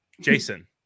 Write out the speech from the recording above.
Jason